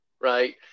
right